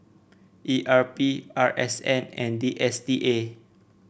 E R P R S N and D S T A